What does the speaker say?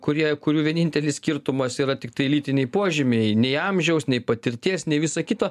kurie kurių vienintelis skirtumas yra tiktai lytiniai požymiai nei amžiaus nei patirties nei visa kita